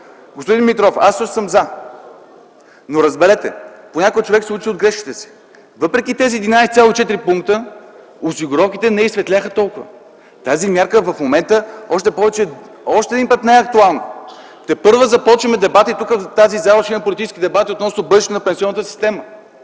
Господин Димитров, аз също съм „за”, но, разберете, понякога човек се учи от грешките си. Въпреки тези 11,4 пункта осигуровките не изсветляха толкова. Тази мярка в момента още повече не е актуална – тепърва започваме дебатите и в тази зала ще има политически дебати относно бъдещето на пенсионната система.